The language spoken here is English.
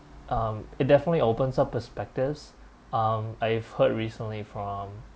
um it definitely opens up perspectives um I've heard recently from